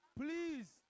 please